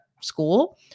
school